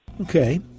Okay